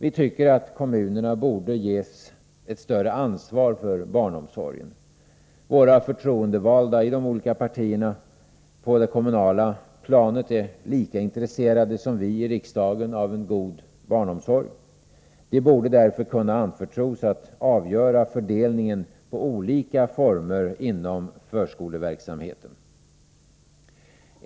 Vi tycker att kommunerna borde ges ett större ansvar för barnomsorgen. Våra förtroendevalda i de olika partierna på det kommunala planet är lika intresserade som vi i riksdagen av en god barnomsorg. De borde därför kunna anförtros att avgöra fördelningen på olika former inom förskoleverksamheten.